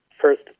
First